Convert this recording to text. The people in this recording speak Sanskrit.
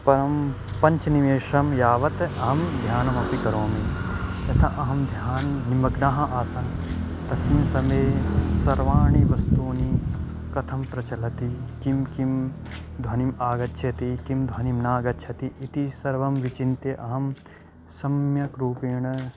परं पञ्चनिमिषान् यावत् अहं ध्यानमपि करोमि यथा अहं ध्याने निमग्नः आसम् तस्मिन् समये सर्वाणि वस्तूनि कथं प्रचलति किं किं ध्वनिम् आगच्छति किं ध्वनिं नागच्छति इति सर्वं विचिन्त्य अहं सम्यक्रूपेण